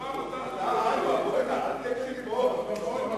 היות שאנחנו ידענו מה זה מצב חירום וסבלנו